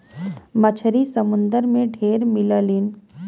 मछरी समुंदर में ढेर मिललीन